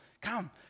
come